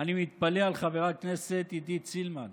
אני מתפלא על חברת הכנסת עידית סילמן,